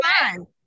fine